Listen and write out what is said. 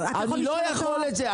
אני לא יכול את זה.